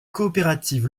coopérative